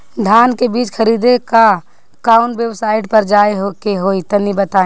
धान का बीज खरीदे ला काउन वेबसाइट पर जाए के होई तनि बताई?